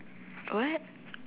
what